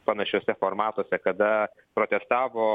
panašiuose formatuose kada protestavo